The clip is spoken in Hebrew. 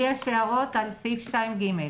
יש לי הערות על סעיף 2(ג).